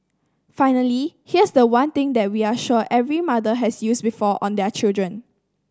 finally here's the one thing that we are sure every mother has used before on their children